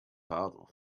pardon